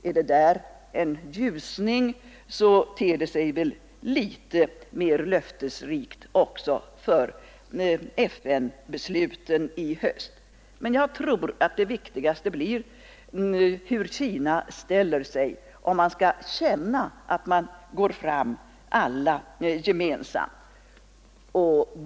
Sker en ljusning där, ter det sig litet mer löftesrikt också för FN-besluten i höst. Men jag tror att det viktigaste blir hur Kina ställer sig, om man skall ha tillförsikten att alla går fram gemensamt.